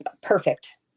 perfect